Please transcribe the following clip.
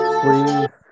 please